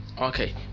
Okay